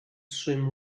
swim